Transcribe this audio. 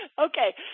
Okay